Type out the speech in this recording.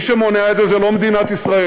מי שמונע את זה זו לא מדינת ישראל.